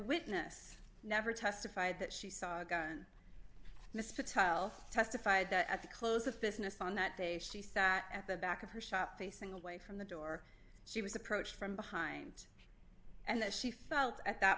witness never testified that she saw mr teil testified that at the close of business on that day she sat at the back of her shop facing away from the door she was approached from behind and that she felt at that